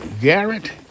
Garrett